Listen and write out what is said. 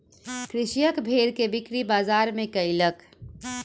कृषक भेड़ के बिक्री बजार में कयलक